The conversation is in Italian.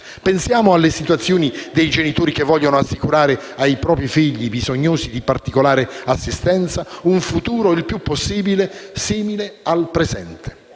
Pensiamo alle situazioni dei genitori che vogliono assicurare ai propri figli, bisognosi di particolare assistenza, un futuro il più possibile simile al presente;